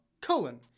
colon